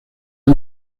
los